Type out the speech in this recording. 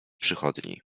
przychodni